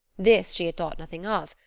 this she had thought nothing of,